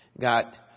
got